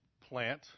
plant